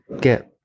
get